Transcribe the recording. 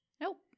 Nope